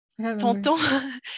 Tonton